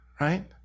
right